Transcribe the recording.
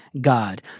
God